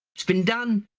it's been done,